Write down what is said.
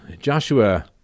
Joshua